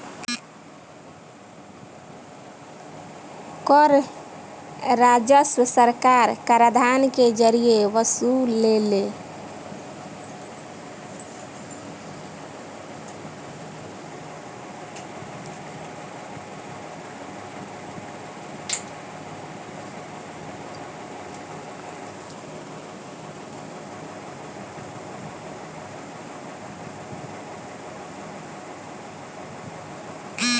कर राजस्व सरकार कराधान के जरिए वसुलेले